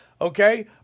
Okay